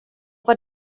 var